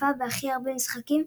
שהשתתפה בהכי הרבה משחקים,